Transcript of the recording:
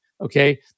Okay